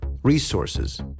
resources